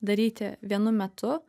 daryti vienu metu